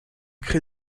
crée